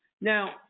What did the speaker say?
Now